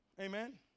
Amen